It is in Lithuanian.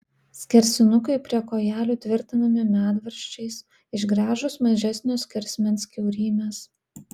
skersinukai prie kojelių tvirtinami medvaržčiais išgręžus mažesnio skersmens kiaurymes